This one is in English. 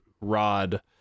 rod